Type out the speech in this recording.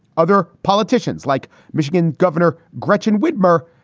other politicians, like michigan governor gretchen whitmer,